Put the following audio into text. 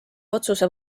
otsuse